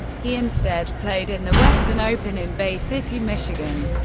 he instead played in the western open in bay city, michigan,